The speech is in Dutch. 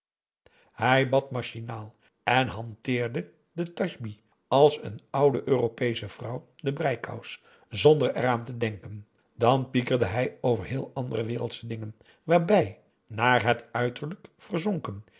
hij bad machinaal en hanteerde de tasbih als een oude europeesche vrouw de breikous zonder eraan te denken dan pikirde hij over heel andere wereldsche dingen daarbij naar het uiterlijk verzonken